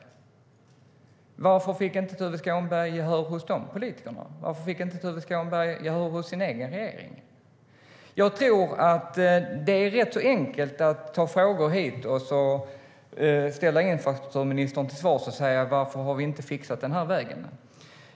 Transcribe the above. Varför fick Tuve Skånberg inte gehör hos sin egen regering? Jag tror att det är rätt enkelt att ta frågor hit och ställa infrastrukturministern till svars och säga: Varför har vi inte fixat den här vägen än?